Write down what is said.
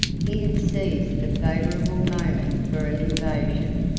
he had seized the favorable moment for an invasion.